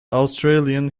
australian